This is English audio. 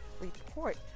report